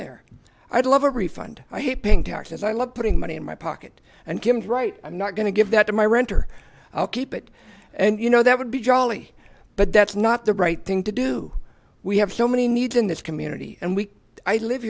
there i'd love a refund i hate paying taxes i love putting money in my pocket and kim's right i'm not gonna give that to my renter i'll keep it and you know that would be jolly but that's not the right thing to do we have so many needs in this community and we i live